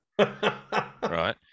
right